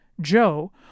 Joe